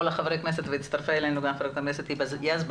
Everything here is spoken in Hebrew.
חברי הכנסת והצטרפה אלינו גם ח"כ היבה יזבק,